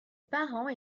parents